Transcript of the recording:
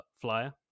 flyer